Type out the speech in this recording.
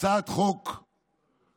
הצעת החוק הזאת,